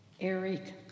Eric